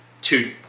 two